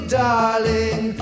darling